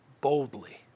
boldly